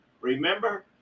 Remember